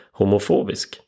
homofobisk